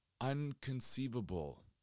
unconceivable